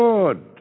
Good